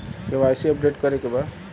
KYC update करे के बा?